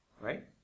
right